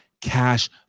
cash